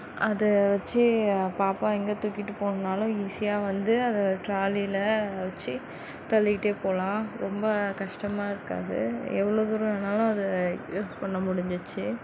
அதை வச்சு பாப்பா எங்கே தூக்கிகிட்டு போகணும்னாலும் ஈஸியாக வந்து அதை ட்ராலியில் வச்சு தள்ளிகிட்டே போகலாம் ரொம்ப கஷ்டமாக இருக்காது எவ்வளோ தூரம் வேணாலும் அதை யூஸ் பண்ண முடிஞ்சிச்சு